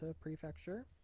Prefecture